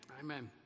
Amen